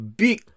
big